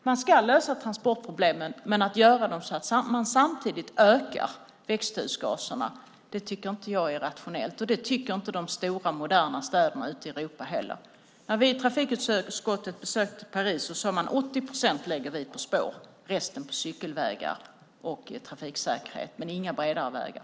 Man ska lösa transportproblemen, men att göra det så att man samtidigt ökar växthusgaserna tycker inte jag är rationellt. Det tycker inte de stora moderna städerna ute i Europa heller. När vi i trafikutskottet besökte Paris sade man att man lägger 80 procent på spår, resten på cykelvägar och trafiksäkerhet men inga bredare vägar.